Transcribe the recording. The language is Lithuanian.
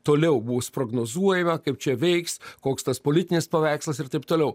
toliau bus prognozuojama kaip čia veiks koks tas politinis paveikslas ir taip toliau